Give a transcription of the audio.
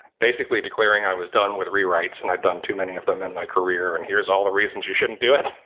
basically declaring i was done with rewrites and i've done too many of them in my career, and here's all the reasons you shouldn't do it.